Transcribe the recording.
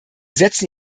setzen